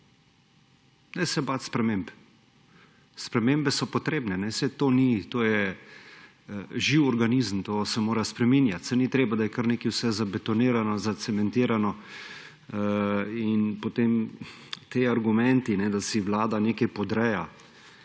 Ne se bati sprememb. Spremembe so potrebne. Saj to je živ organizem, to se mora spreminjati. Saj ni treba, da je kar vse zabetonirano, zacementirano. Ti argumenti, da si vlada nekaj podreja